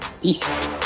peace